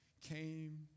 came